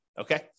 okay